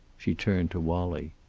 she turned to wallie.